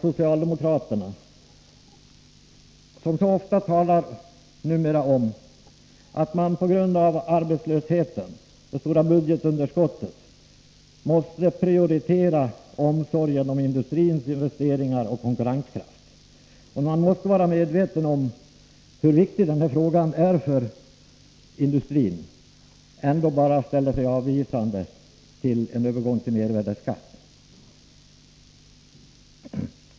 Socialdemokratena talar numera ofta om att man på grund av arbetslösheten och det stora budgetunderskottet måste prioritera omsorgen om industrins investeringar och konkurrenskraft. Man måste vara medveten om hur viktig denna fråga är för industrin. Vi tycker det är märkvärdigt att socialdemokraterna ändå ställer sig avvisande till en övergång till mervärdeskatt på energi.